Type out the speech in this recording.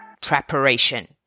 Preparation